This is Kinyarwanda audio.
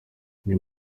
uyu